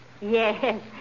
Yes